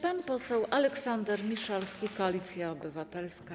Pan poseł Aleksander Miszalski, Koalicja Obywatelska.